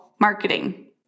marketing